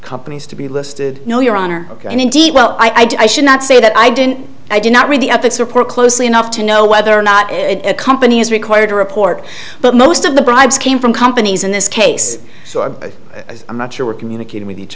companies to be listed no your honor and indeed well i should not say that i didn't i did not read the up its report closely enough to know whether or not a company is required to report but most of the bribes came from companies in this case so far but i'm not sure we're communicating with each